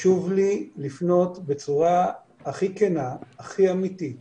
חשוב לי לפנות בצורה הכי כנה, הכי אמיתית